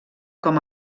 com